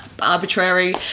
arbitrary